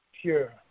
pure